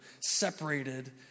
separated